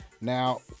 Now